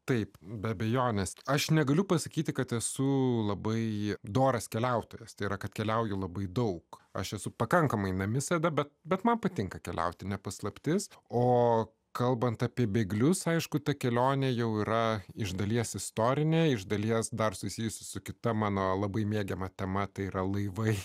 taip be abejonės aš negaliu pasakyti kad esu labai doras keliautojas tėra kad keliauju labai daug aš esu pakankamai namisėda bet man patinka keliauti ne paslaptis o kalbant apie bėglius aišku ta kelionė jau yra iš dalies istorinė iš dalies dar susijusi su kita mano labai mėgiama tema tai yra laivai